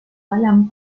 galán